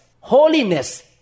Holiness